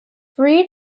breed